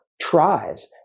tries